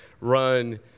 run